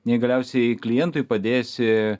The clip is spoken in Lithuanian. nei galiausiai klientui padėsi